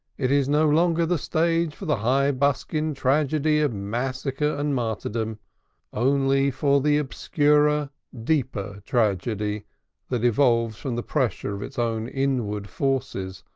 it is no longer the stage for the high-buskined tragedy of massacre and martyrdom only for the obscurer, deeper tragedy that evolves from the pressure of its own inward forces,